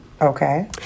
Okay